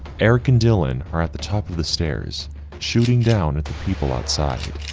eric and dylan are at the top of the stairs shooting down at the people outside.